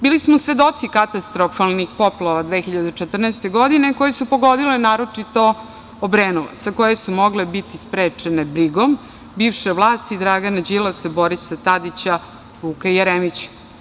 Bili smo svedoci katastrofalnih poplava 2014. godine koje su pogodile naročito Obrenovac, a koje su mogle biti sprečene brigom bivše vlasti, Dragana Đilasa, Borisa Tadića, Vuka Jeremića.